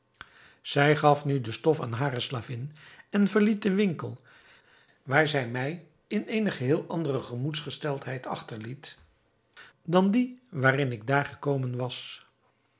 zij gaf nu de stof aan hare slavin en verliet den winkel waar zij mij in eene geheel andere gemoedsgesteldheid achterliet dan die waarin ik daar gekomen was